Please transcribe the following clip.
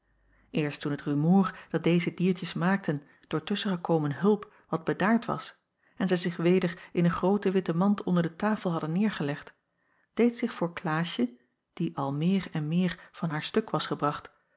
toen het rumoer dat deze diertjes maakten door tusschengekomen hulp wat bedaard was en zij zich weder in een groote witte mand onder de tafel hadden neêrgelegd deed zich voor klaasje die al meer en meer van haar stuk was gebracht